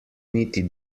niti